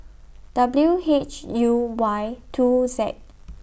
W H U Y two Z